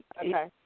Okay